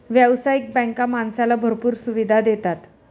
व्यावसायिक बँका माणसाला भरपूर सुविधा देतात